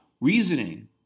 reasoning